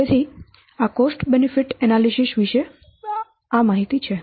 તેથી આ cost benefit analysis વિશે કંઈક છે